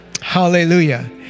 hallelujah